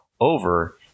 over